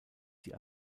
die